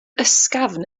ysgafn